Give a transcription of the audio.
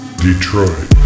Detroit